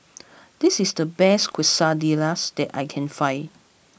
this is the best Quesadillas that I can find